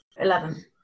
Eleven